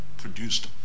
produced